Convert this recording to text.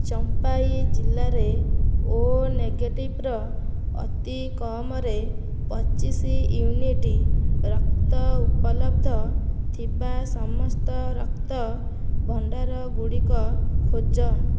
ଚମ୍ଫାଇ ଜିଲ୍ଲାରେ ଓ ନେଗେଟିଭ୍ର ଅତିକମ୍ରେ ପଚିଶି ୟୁନିଟ୍ ରକ୍ତ ଉପଲବ୍ଧ ଥିବା ସମସ୍ତ ରକ୍ତ ଭଣ୍ଡାରଗୁଡ଼ିକ ଖୋଜ